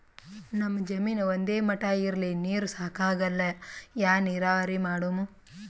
ನಮ್ ಜಮೀನ ಒಂದೇ ಮಟಾ ಇಲ್ರಿ, ನೀರೂ ಸಾಕಾಗಲ್ಲ, ಯಾ ನೀರಾವರಿ ಮಾಡಮು?